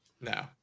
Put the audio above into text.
No